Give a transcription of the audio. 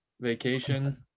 vacation